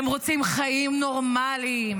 הם רוצים חיים נורמליים,